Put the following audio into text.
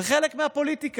זה חלק מהפוליטיקה.